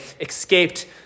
escaped